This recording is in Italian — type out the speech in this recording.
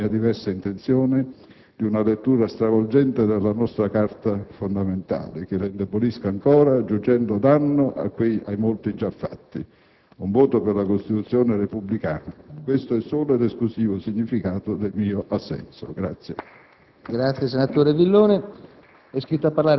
manifesta il rifiuto ad essere strumento, contro ogni mia diversa intenzione, di una lettura stravolgente della nostra Carta fondamentale, che la indebolisca ancora, aggiungendo danno ai molti già fatti. Un voto per la Costituzione repubblicana: questo è il solo ed esclusivo significato del mio assenso.